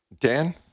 Dan